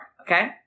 okay